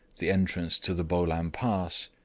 the entrance to the bolam pass,